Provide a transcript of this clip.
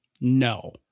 no